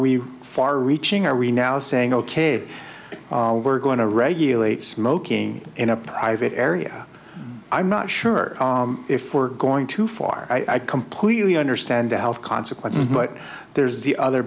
we far reaching are we now saying ok we're going to regulate smoking in a private area i'm not sure if we're going too far i completely understand the health consequences but there's the other